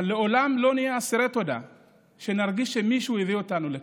אבל לעולם לא נהיה אסירי תודה שנרגיש שמישהו הביא אותנו לכאן.